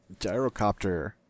Gyrocopter